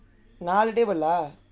நாலு:naalu day பண்லாம்:panlaam